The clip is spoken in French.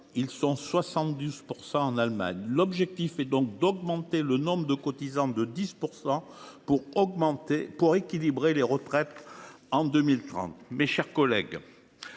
contre 72 % en Allemagne. L’objectif est donc d’augmenter le nombre de cotisants de 10 %, afin d’équilibrer le régime des retraites en 2030. Mes chers collègues,